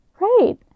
right